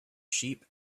sheep